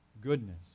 goodness